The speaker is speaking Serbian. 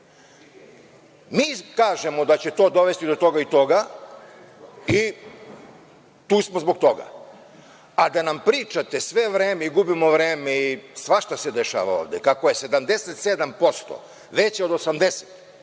Mi kažemo da će to dovesti do toga i toga i tu smo zbog toga, a da nam pričate sve vreme i gubimo vreme i svašta se dešava ovde, kako je 77% veće od 80,